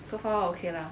so far okay lah